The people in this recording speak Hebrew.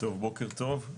בוקר טוב.